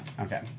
okay